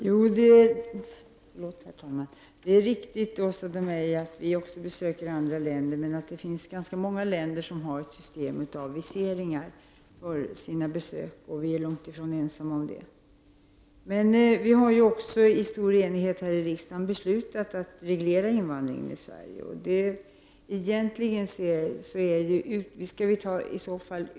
Herr talman! Det är riktigt, Åsa Domeij, att vi också besöker andra länder, men det finns ganska många länder som har olika system med viseringar för utländska besökande. Vi är alltså långt ifrån ensamma om detta. Vi har också i stor enighet här i riksdagen beslutat att reglera invandringen till Sverige.